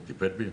הוא טיפל בי,